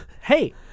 Hey